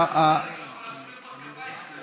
אסור למחוא כפיים,